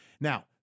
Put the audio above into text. Now